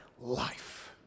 life